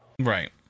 Right